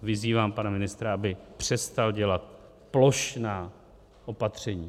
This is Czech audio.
Vyzývám pana ministra, aby přestal dělat plošná opatření.